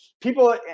People